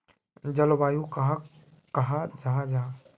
जलवायु कहाक कहाँ जाहा जाहा?